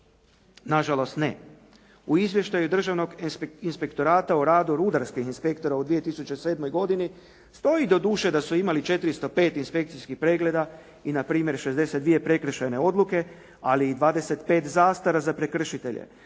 Nažalost ne. U izvještaju Državnog inspektorata o radu rudarskih inspektora u 2007. godini stoji doduše da su imali 405 inspekcijskih pregleda i na primjer 62 prekršajne odluke ali i 25 zastara za prekršitelje,